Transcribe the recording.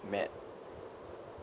mad